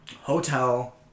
Hotel